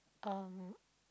um